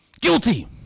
Guilty